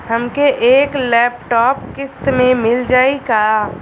हमके एक लैपटॉप किस्त मे मिल जाई का?